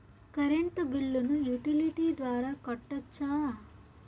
Current బిల్లును utility ద్వారా కట్టొచ్చా?